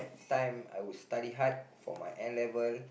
time I would study hard for my N-level